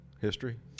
history